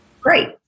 great